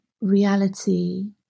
reality